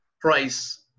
price